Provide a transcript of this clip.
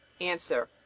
Answer